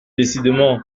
décidément